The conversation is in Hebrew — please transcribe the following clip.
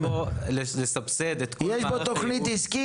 יש בו לסבסד את כל מערך הייעוץ --- יש בו תכנית עסקית,